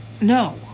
no